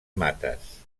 mates